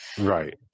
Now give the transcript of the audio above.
Right